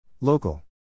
Local